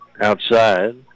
outside